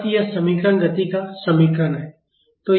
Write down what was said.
अतः यह समीकरण गति का समीकरण है